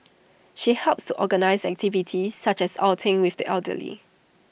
she helps to organise activities such as outings with the elderly